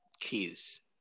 keys